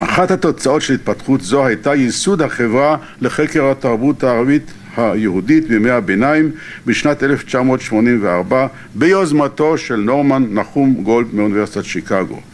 אחת התוצאות של התפתחות זו הייתה ייסוד החברה לחקר התרבות הערבית היהודית בימי הביניים בשנת 1984 ביוזמתו של נורמן נחום גולד מאוניברסיטת שיקגו